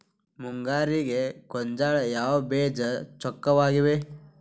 ಮುಂಗಾರಿಗೆ ಗೋಂಜಾಳ ಯಾವ ಬೇಜ ಚೊಕ್ಕವಾಗಿವೆ?